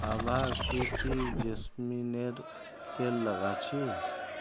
आभा की ती जैस्मिनेर तेल लगा छि